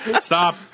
Stop